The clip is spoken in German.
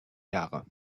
jahre